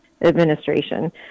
Administration